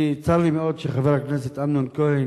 צר לי מאוד שחבר הכנסת אמנון כהן,